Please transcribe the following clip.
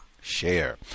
share